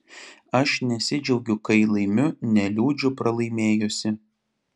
aš nesidžiaugiu kai laimiu neliūdžiu pralaimėjusi